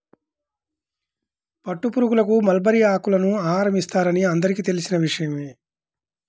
పట్టుపురుగులకు మల్బరీ ఆకులను ఆహారం ఇస్తారని అందరికీ తెలిసిన విషయమే